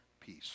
peace